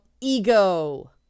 ego